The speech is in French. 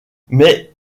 mais